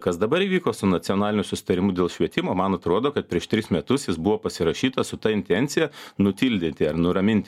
kas dabar įvyko su nacionaliniu susitarimu dėl švietimo man atrodo kad prieš tris metus jis buvo pasirašytas su ta intencija nutildyti ar nuraminti